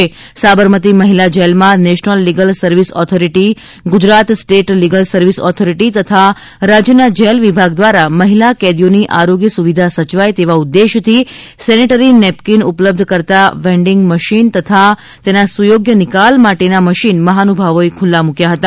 આજે સાબરમતી મહિલા જેલમાં national legal service authority Gujarat state legal service authority તથા રાજ્યના જેલ વિભાગ દ્વારા મહિલા કેદીઓની આરોગ્ય સુવિધા સયવાય તેવા ઉદ્દેશથી સેનેટરી નેપકીન ઉપલબ્ધ કરતા વેન્ડીંગ મશીન તથા તેના સુયોગ્ય નિકાલ માટે ઈન્સીનરેટર મશીન મહાનુભાવોએ ખુલ્લા મુક્યા હતા